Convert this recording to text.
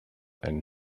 and